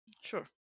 Sure